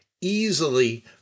easily